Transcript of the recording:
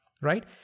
right